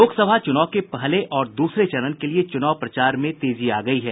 लोकसभा चूनाव के पहले और दूसरे चरण के लिये चूनाव प्रचार में तेजी आ गयी है